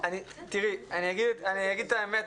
אני אגיד את האמת,